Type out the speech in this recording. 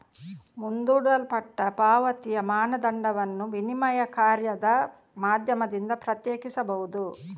ಮುಂದೂಡಲ್ಪಟ್ಟ ಪಾವತಿಯ ಮಾನದಂಡವನ್ನು ವಿನಿಮಯ ಕಾರ್ಯದ ಮಾಧ್ಯಮದಿಂದ ಪ್ರತ್ಯೇಕಿಸಬಹುದು